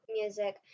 music